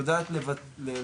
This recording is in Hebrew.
היא יודעת לשכלל